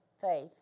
faith